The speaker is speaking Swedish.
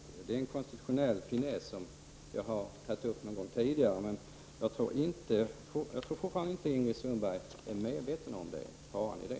Detta är en konstitutionell finess som jag har tagit upp någon gång tidigare, men jag tror fortfarande inte att Ingrid Sundberg är medveten om faran i det.